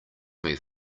may